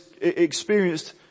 experienced